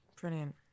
Brilliant